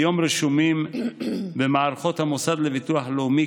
כיום רשומים במערכות המוסד לביטוח הלאומי